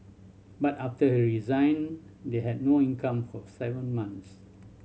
but after he resigned they had no income for seven months